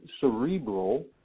cerebral